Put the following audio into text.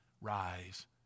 rise